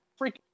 freaking